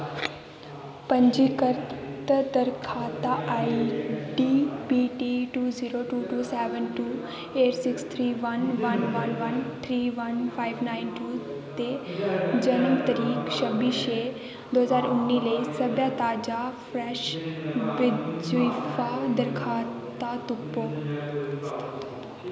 पंजीकृत दरखास्तां ID PT two zero two two seven two eight six three one one one one three one five nine two ते जन्मं तरीक छब्बी छे दो ज्हार उन्नी लेई सब्भै ताजा फ्रैश बजीफा दरखास्तां तुप्पो